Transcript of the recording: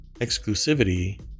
exclusivity